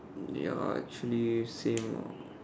ya actually same ah